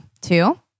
Two